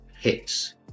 hits